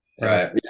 Right